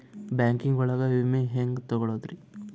Banking ಒಳಗ ವಿಮೆ ಹೆಂಗ್ ತೊಗೊಳೋದ್ರಿ?